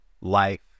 life